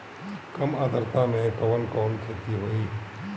कम आद्रता में कवन कवन खेती होई?